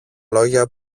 λόγια